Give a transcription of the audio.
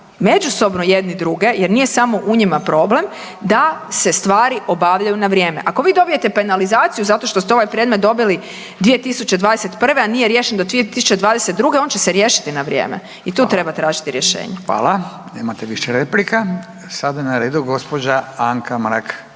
međusobno jedni druge jer nije samo u njima problem da se stvari obavljaju na vrijeme. Ako vi dobijete penalizaciju zato što ste ovaj predmet dobili 2021. a nije riješen do 2022. on će se riješiti na vrijeme i tu treba tražiti rješenje. **Radin, Furio (Nezavisni)** Hvala. Nemate više replika. Sada je na redu gospođa Anka Mrak